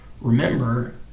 remember